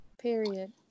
Period